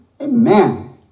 Amen